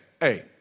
hey